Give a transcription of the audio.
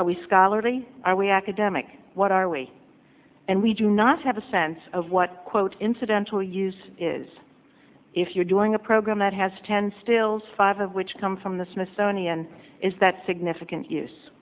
are we scholarly are we academic what are we and we do not have a sense of what quote incidental use is if you're doing a program that has ten stills five of which come from the smithsonian is that significant use